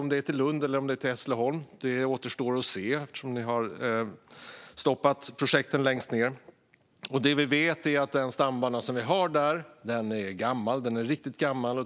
Om det är till Lund eller till Hässleholm återstår att se, eftersom ni har stoppat projekten längst ned. Det vi vet är att den stambana vi har där är gammal, riktigt gammal.